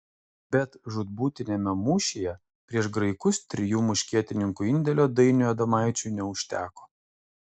bet žūtbūtiniame mūšyje prieš graikus trijų muškietininkų indėlio dainiui adomaičiui neužteko